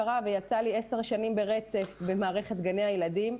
קרה ויצא לי עשר שנים ברצף במערכת גני הילדים,